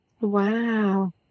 Wow